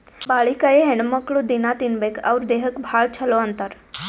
ಬಾಳಿಕಾಯಿ ಹೆಣ್ಣುಮಕ್ಕ್ಳು ದಿನ್ನಾ ತಿನ್ಬೇಕ್ ಅವ್ರ್ ದೇಹಕ್ಕ್ ಭಾಳ್ ಛಲೋ ಅಂತಾರ್